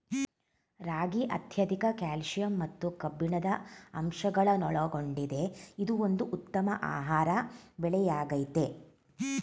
ರಾಗಿ ಅತ್ಯಧಿಕ ಕ್ಯಾಲ್ಸಿಯಂ ಮತ್ತು ಕಬ್ಬಿಣದ ಅಂಶಗಳನ್ನೊಳಗೊಂಡಿದೆ ಇದು ಒಂದು ಉತ್ತಮ ಆಹಾರ ಬೆಳೆಯಾಗಯ್ತೆ